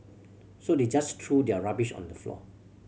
so they just threw their rubbish on the floor